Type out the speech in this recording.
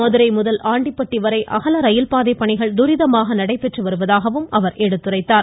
மதுரை முதல் ஆண்டிப்பட்டி வரை அகல ரயில்பாதை பணிகள் துரிதமாக நடைபெற்று வருவதாகவும் அவர் கூறினார்